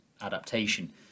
adaptation